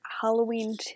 Halloween